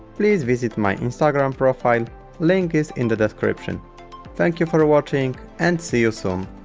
please visit my instagram profile link is in the description thank you for ah watching and see you so um